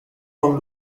von